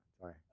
sorry